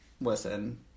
listen